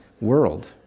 world